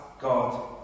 God